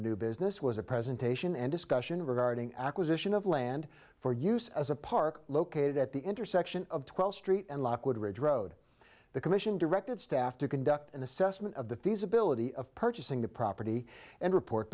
of new business was a presentation and discussion regarding acquisition of land for use as a park located at the intersection of twelfth street and lockwood ridge road the commission directed staff to conduct an assessment of the feasibility of purchasing the property and report